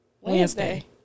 Wednesday